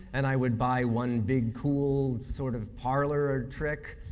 and i would buy one big cool sort of parlor trick,